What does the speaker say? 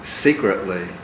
secretly